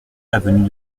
avenue